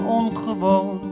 ongewoon